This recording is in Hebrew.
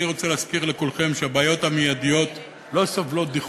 אני רוצה להזכיר לכולכם שהבעיות המיידיות לא סובלות דיחוי.